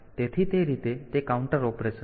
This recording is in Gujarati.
તેથી તે રીતે તે કાઉન્ટર ઓપરેશન છે